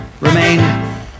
remain